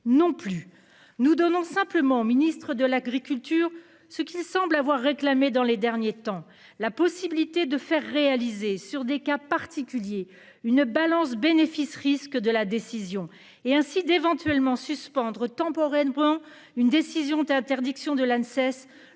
non plus nous donnons simplement Ministre de l'Agriculture ce qui semble avoir réclamé dans les derniers temps, la possibilité de faire réaliser sur des cas particuliers une balance bénéfice-risque de la décision et ainsi d'éventuellement suspendre temporairement prend une décision d'interdiction de la.